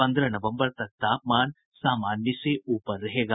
पन्द्रह नवम्बर तक तापमान सामान्य से ऊपर रहेगा